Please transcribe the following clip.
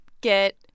get